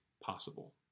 possible